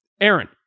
Aaron